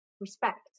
respect